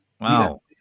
Wow